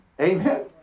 Amen